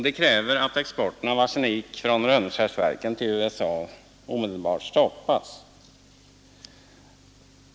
De kräver att exporten av arsenik från Rönnskärsverken till USA omedelbart stoppas.